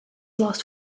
lost